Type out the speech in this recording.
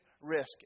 risk